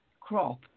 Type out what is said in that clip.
crop